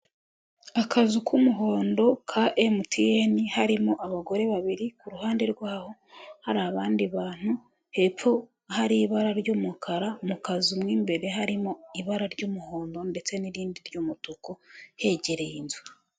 Akazu k'umuhondo ka emutiyeni harimo abagore babiri kuruhande rwaho hari abandi bantu hepfo hari ibara ry'umukara mu kazu mo imbere harimo ibara ry'umuhondo ndetse n'irindi ry'umutuku hegereye inzu.